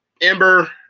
Ember